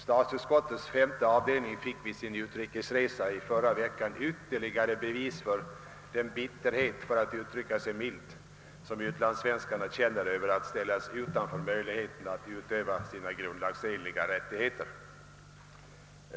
Statsutskottets femte avdelning fick vid sin utrikesresa förra veckan ytterligare bevis för den bitterhet — för att uttrycka den milt — som utlandssvenskarna känner över att ställas utanför möjligheterna att utöva sina grundlagsenliga rättigheter.